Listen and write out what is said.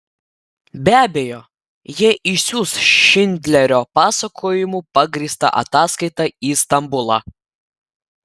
be abejo jie išsiųs šindlerio pasakojimu pagrįstą ataskaitą į stambulą